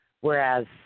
whereas